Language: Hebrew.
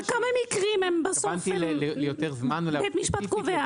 אבל כמה מקרים בסוף בית משפט קובע?